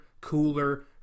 cooler